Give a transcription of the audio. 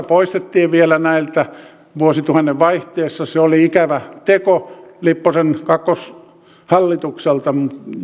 poistettiin vielä näiltä vuosituhannen vaihteessa se oli ikävä teko lipposen kakkoshallitukselta